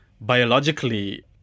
biologically